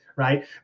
Right